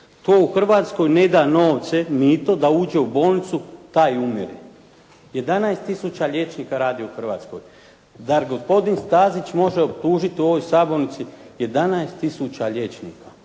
"Tko u Hrvatskoj neda novce, mito da uđe u bolnicu, taj umire." 11 tisuća liječnika radi u Hrvatskoj. zar gospodin Stazić može optužiti u ovoj sabornici 11 tisuća liječnika?